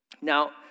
Now